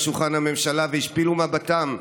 בשולחן הממשלה והשפילו מבטם,